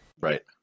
Right